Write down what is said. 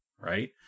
Right